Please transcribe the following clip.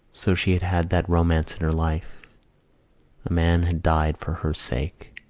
so she had had that romance in her life a man had died for her sake.